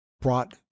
brought